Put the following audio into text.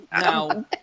now